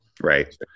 right